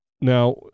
Now